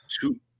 Two